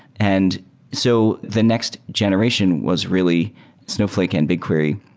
and so the next generation was really snowflake and bigquery.